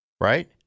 right